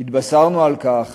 התבשרנו על כך